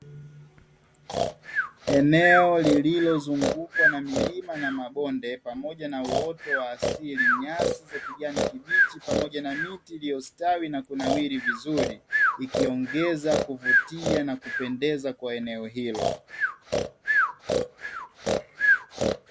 Eneo lililozungukwa na milima na mabonde, pamoja na uoto wa asili, nyasi za kijani kibichi , pamoja na miti iliyostawi na kunawiri vizuri. Ikiongeza kuvutia na kupendeza kwa eneo hilo.